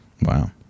Wow